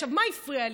עכשיו, מה הפריע לי?